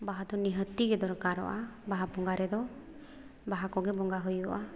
ᱵᱟᱦᱟ ᱫᱚ ᱱᱤᱦᱟᱹᱛ ᱜᱮ ᱫᱚᱨᱠᱟᱨᱚᱜᱼᱟ ᱵᱟᱦᱟ ᱵᱚᱸᱜᱟ ᱨᱮᱫᱚ ᱵᱟᱦᱟ ᱠᱚᱜᱮ ᱵᱚᱸᱜᱟ ᱦᱩᱭᱩᱜᱼᱟ